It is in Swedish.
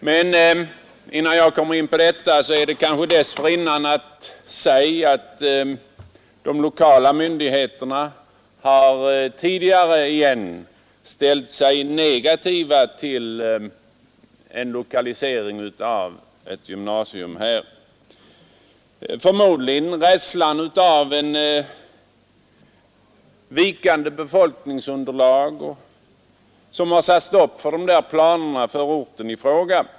Men innan jag kommer in på detta vill jag påpeka att de lokala myndigheterna tidigare igen ställt sig negativa till en lokalisering av ett gymnasium till orten. Förmodligen är det rädslan för ett vikande befolkningsunderlag som har satt stopp för dessa planer för orten i fråga.